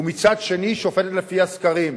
ומצד שני שופטת לפי הסקרים.